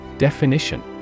Definition